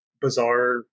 bizarre